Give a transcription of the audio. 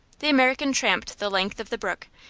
the american tramped the length of the brook,